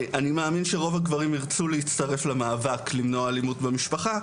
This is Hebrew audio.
אני מאמין שרוב הגברים ירצו להצטרף למאבק למנוע אלימות במשפחה.